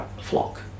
flock